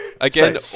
Again